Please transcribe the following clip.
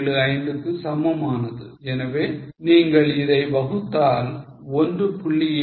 875 க்கு சமமானது எனவே நீங்கள் இதை வகுத்தால் 1